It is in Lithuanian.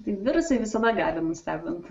virusai visada gali nustebint